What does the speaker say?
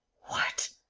what!